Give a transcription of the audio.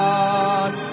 God